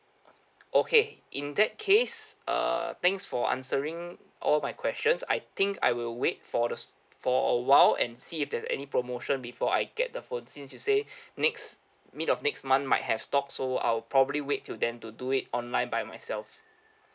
okay in that case err thanks for answering all my questions I think I will wait for the for a while and see if there's any promotion before I get the phone since you say next mid of next month might have stock so I'll probably wait till then to do it online by myself